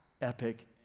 epic